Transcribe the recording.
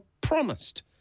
promised